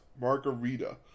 Margarita